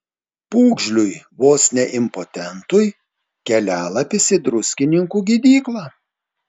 pūgžliui vos ne impotentui kelialapis į druskininkų gydyklą